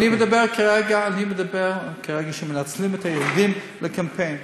אבל אני מדבר כרגע על שמנצלים את הילדים לקמפיין,